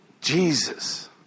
Jesus